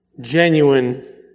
genuine